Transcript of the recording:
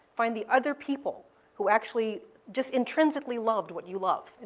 find the other people who actually just intrinsically loved what you love.